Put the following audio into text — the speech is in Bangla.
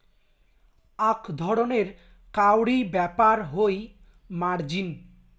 আক ধরণের কাউরী ব্যাপার হই মার্জিন